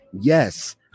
Yes